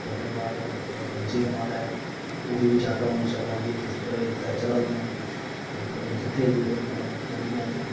ओह्दे बाद मचेल माता ऐ ओह्दी बी यात्रा हून चला दी ऐ इसलै चला दी ऐ ते मतलब जत्थे मतलब जंदियां उत्थै